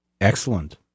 Excellent